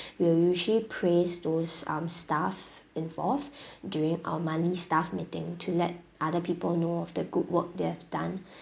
we will usually praise those um staff involved during our monthly staff meeting to let other people know of the good work they've done